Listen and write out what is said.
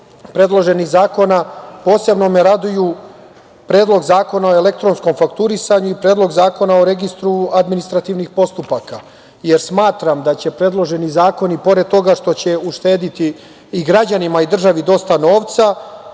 predloženih zakona, posebno me raduju Predlog zakona o elektronskom fakturisanju i Predlog zakona o registru administrativnih postupaka jer smatram da će predloženi zakoni pored toga što će uštedeti i građanima i državi dosta novca,